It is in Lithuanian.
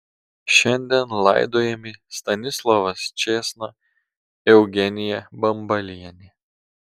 šiandien laidojami stanislovas čėsna eugenija bambalienė